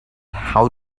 how